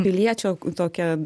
piliečio tokią